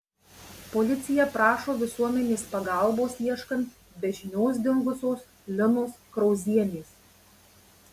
policija prašo visuomenės pagalbos ieškant be žinios dingusios linos krauzienės